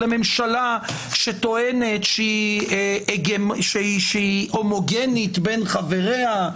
לממשלה שטוענת שהיא הומוגנית בין חבריה,